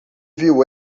viu